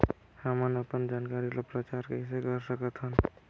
हमन अपन जानकारी ल प्रचार कइसे कर सकथन?